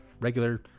regular